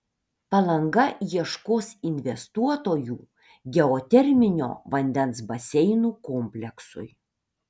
palanga ieškos investuotojų geoterminio vandens baseinų kompleksui